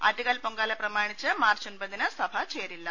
ആറ്റുകാൽ പൊങ്കാല പ്രമാണിച്ച് മാർച്ച് ഒൻപതിന് സഭ ചേരില്ല